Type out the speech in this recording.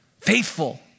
Faithful